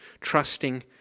trusting